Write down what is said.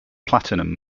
platinum